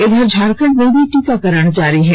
इधर झारखंड में भी टीकाकरण जारी है